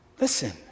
Listen